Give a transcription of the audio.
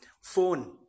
Phone